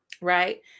right